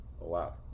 Wow